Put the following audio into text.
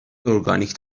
اورگانیک